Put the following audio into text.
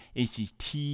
ACT